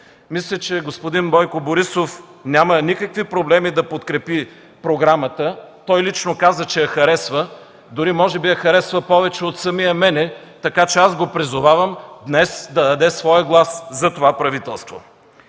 Мисля, че господин Бойко Борисов няма никакви проблеми да подкрепи програмата. Той лично каза, че я харесва, дори може би я харесва повече от самия мен така че аз го призовавам днес да даде своя глас за това правителство.